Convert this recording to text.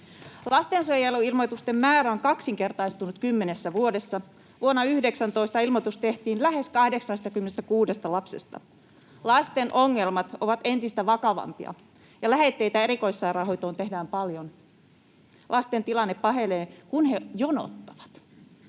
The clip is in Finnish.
Lastensuojeluilmoitusten määrä on kaksinkertaistunut kymmenessä vuodessa. Vuonna 2019 ilmoitus tehtiin lähes 86 000 lapsesta. Lasten ongelmat ovat entistä vakavampia ja lähetteitä erikoissairaanhoitoon tehdään paljon. Lasten tilanne pahenee, kun he jonottavat.